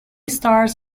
stars